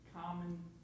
common